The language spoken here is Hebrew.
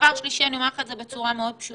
דבר שלישי, אני אומרת לכם את זה בצורה מאוד פשוטה,